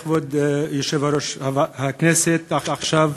כבוד יושב-ראש הכנסת עכשיו,